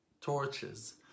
torches